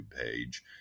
page